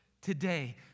today